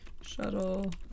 shuttle